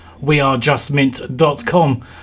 wearejustmint.com